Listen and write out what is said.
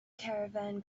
caravan